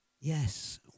yes